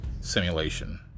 simulation